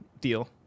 deal